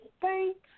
thanks